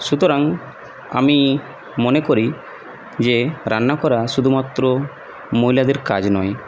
সুতরাং আমি মনে করি যে রান্না করা শুধুমাত্র মহিলাদের কাজ নয়